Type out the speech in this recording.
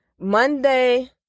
Monday